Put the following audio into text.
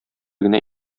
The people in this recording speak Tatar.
генә